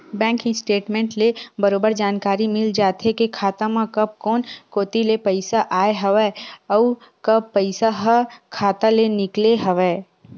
bank statement ले बरोबर जानकारी मिल जाथे के खाता म कब कोन कोती ले पइसा आय हवय अउ कब पइसा ह खाता ले निकले हवय